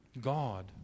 God